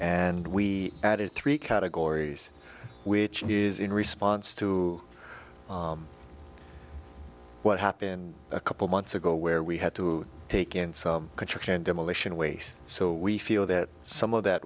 and we added three categories which is in response to what happened a couple months ago where we had to take in some construction demolition waste so we feel that some of that